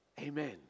Amen